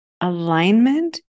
alignment